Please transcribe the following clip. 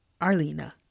Arlena